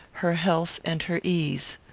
her health, and her ease.